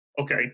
okay